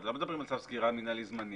לא מדברים על צו סגירה מינהלי זמני.